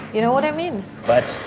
you know what i mean? but